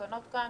בתקנות כאן.